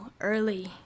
early